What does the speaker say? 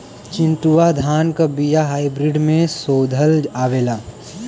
चिन्टूवा धान क बिया हाइब्रिड में शोधल आवेला?